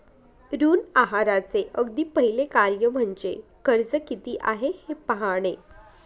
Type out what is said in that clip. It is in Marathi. ऋण आहाराचे अगदी पहिले कार्य म्हणजे कर्ज किती आहे हे पाहणे